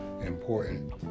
important